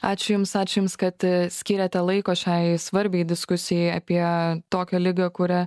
ačiū jums ačiū jums kad skiriate laiko šiai svarbiai diskusijai apie tokią ligą kurią